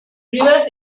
rivers